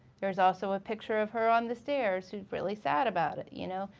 there's also a picture of her on the stairs who's really sad about it you know?